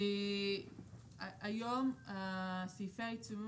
היום סעיפי העיצומים